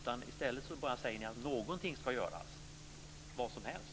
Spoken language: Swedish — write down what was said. I stället säger ni bara att någonting ska göras, vad som helst.